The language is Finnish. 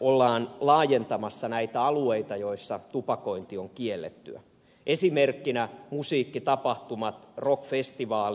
ollaan laajentamassa näitä alueita joissa tupakointi on kiellettyä esimerkkinä musiikkitapahtumat rock festivaalit